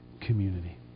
community